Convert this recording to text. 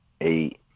eight